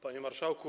Panie Marszałku!